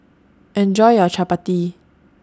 Enjoy your Chapati